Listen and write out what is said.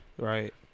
Right